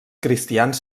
cristians